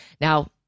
Now